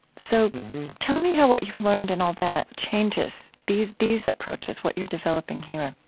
so tell me how what you've learned in all that changes, these these approaches, what you're developing here